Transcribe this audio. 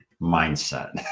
mindset